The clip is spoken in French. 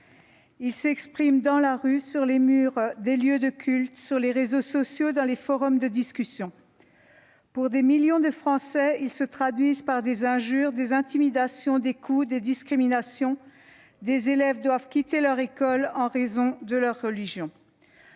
Ils s'expriment dans la rue, sur les murs des lieux de culte, sur les réseaux sociaux, dans les forums de discussion. Pour des millions de Français, ils se traduisent par des injures, des intimidations, des coups, des discriminations. Des élèves doivent quitter leur école en raison de leur religion.